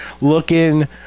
looking